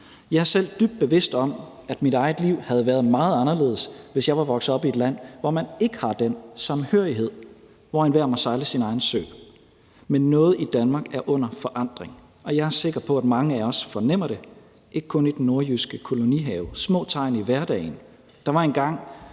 Jeg er selv dybt bevidst om, at mit eget liv havde været meget anderledes, hvis jeg var vokset op i et land, hvor man ikke har den samhørighed, og hvor enhver må sejle sin egen sø. Men noget i Danmark er under forandring, og jeg er sikker på, at mange af os fornemmer det, ikke kun i den nordjyske kolonihave. Der er små tegn i hverdagen. Der var engang,